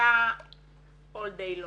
שנמצא כל היום.